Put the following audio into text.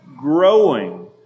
growing